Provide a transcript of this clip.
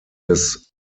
des